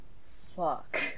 Fuck